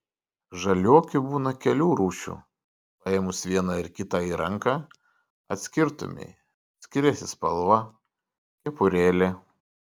žaliuokių būna kelių rūšių paėmus vieną ir kitą į ranką atskirtumei skiriasi spalva kepurėlė